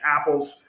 apples